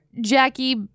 Jackie